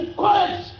college